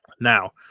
Now